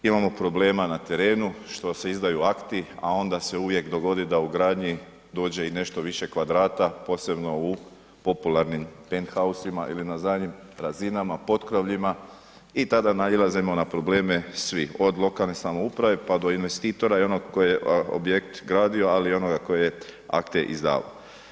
Imamo problema na terenu što se izdaju akti, a onda se uvijek dogodi da u gradnji dođe i nešto više kvadrata, posebno u popularnim Penthausima ili na zadnjim razinama, potkrovljima i tada nailazimo na probleme svi, od lokalne samouprave, pa do investitora i onog koji je objekt gradio, ali i onoga koji je akte izdavao.